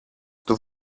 του